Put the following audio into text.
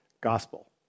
gospel